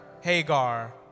Hagar